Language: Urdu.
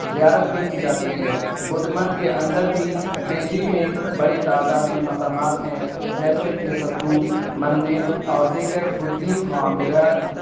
زیارت بھی کی جاتی ہے بدھ مت کے اندر بھی دہلی میں بڑی تعداد میں مقامات ہیں جیسے کہ ستوپ مندر اور دیگر بدھی معمرا